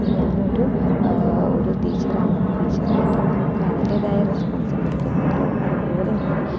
ഞാൻ ഒരു ഒരു ടീച്ചറാണ് അപ്പം ടീച്ചറായിട്ട് നമുക്ക് അതിൻ്റേതായ റെസ്പോൺസിബിലിറ്റി ഉണ്ടല്ലോ അതുപോലും ഞാൻ